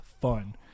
fun